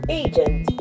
agent